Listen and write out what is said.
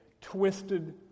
twisted